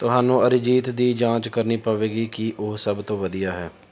ਤੁਹਾਨੂੰ ਅਰਿਜੀਤ ਦੀ ਜਾਂਚ ਕਰਨੀ ਪਵੇਗੀ ਕਿ ਉਹ ਸਭ ਤੋਂ ਵਧੀਆ ਹੈ